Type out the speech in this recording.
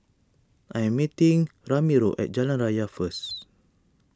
I am meeting Ramiro at Jalan Raya first